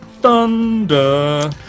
Thunder